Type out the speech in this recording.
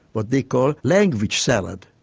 what they call language salad,